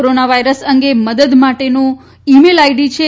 corona virus અંગે મદદ માટેનો ઈ મેલ આઈડી છે